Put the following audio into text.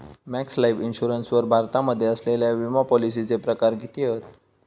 Max Life Insurance वर भारतामध्ये असलेल्या विमापॉलिसीचे प्रकार किती हत?